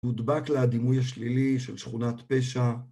מודבק לה הדימוי השלילי של שכונת פשע